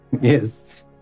Yes